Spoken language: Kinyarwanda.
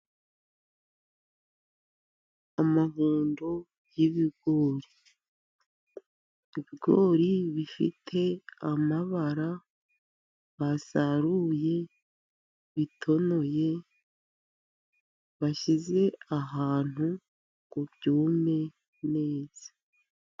Amahundo y'ibigori. Ibigori bifite amabara basaruye bitonoye, bashyize ahantu ngo byume neza.